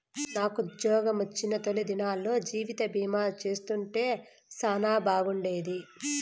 నాకుజ్జోగమొచ్చిన తొలి దినాల్లో జీవితబీమా చేసుంటే సానా బాగుండేది